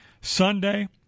Sunday